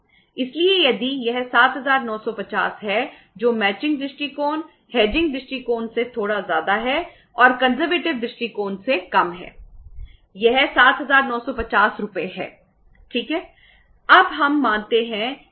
इसलिए यदि यह 7950 है जो मैचिंग की लागत है